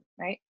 Right